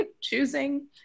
choosing